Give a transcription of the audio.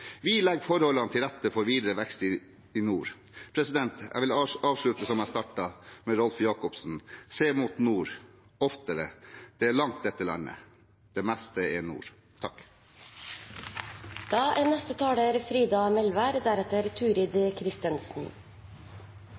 Vi legger forholdene til rette for videre vekst i nord. Jeg vil avslutte som jeg startet, med Rolf Jacobsen: «Se mot nord. Oftere. Det er langt dette landet. Det meste er nord.»